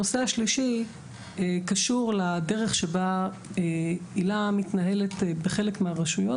הנושא השלישי קשור לדרך שבה היל"ה מתנהלת בחלק מהרשויות.